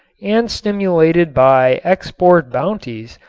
and stimulated by export bounties,